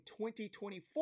2024